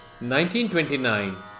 1929